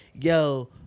yo